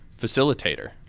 facilitator